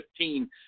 2015